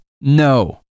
No